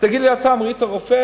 תגיד לי אתה אם ראית רופא,